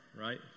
right